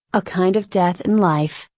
a kind of death in life,